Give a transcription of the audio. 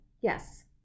Yes